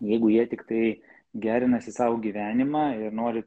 jeigu jie tiktai gerinasi sau gyvenimą ir nori